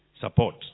support